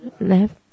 Left